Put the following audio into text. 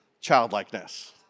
childlikeness